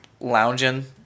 lounging